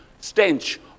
stench